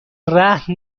رهن